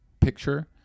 picture